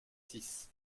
six